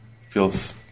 feels